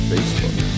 Facebook